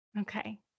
Okay